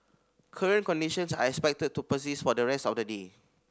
current conditions are expected to persist for the rest of the day